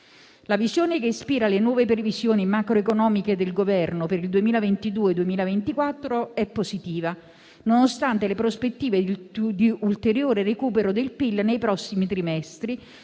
La visione che ispira le nuove previsioni macroeconomiche del Governo per il 2022-2024 è positiva, nonostante le prospettive di ulteriore recupero del PIL nei prossimi trimestri